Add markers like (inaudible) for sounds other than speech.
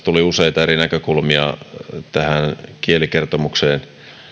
(unintelligible) tuli useita eri näkökulmia tähän kielikertomukseen